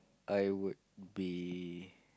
I would be